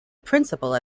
principal